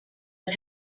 but